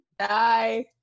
Hi